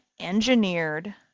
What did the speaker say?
engineered